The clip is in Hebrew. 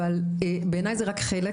אבל בעיניי זה רק חלק